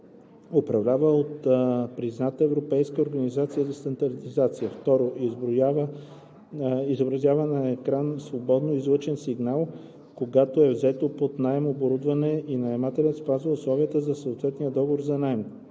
управлява от призната европейска организация за стандартизация; 2. изобразява на екран свободно излъчен сигнал, когато е взето под наем оборудване и наемателят спазва условията на съответния договор за наем.